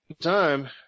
time